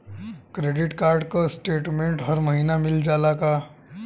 Credit card क statement हर महिना मिल जाला का?